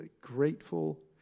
grateful